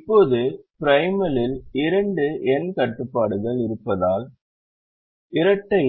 இப்போது ப்ரிமலில் இரண்டு n கட்டுப்பாடுகள் இருப்பதால் இரட்டை